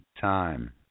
time